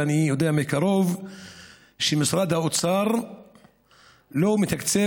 ואני יודע מקרוב שמשרד האוצר לא מתקצב